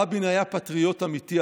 רבין היה פטריוט אמיתי.